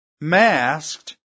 masked